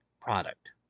product